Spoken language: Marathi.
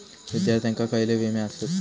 विद्यार्थ्यांका खयले विमे आसत?